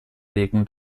legen